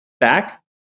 back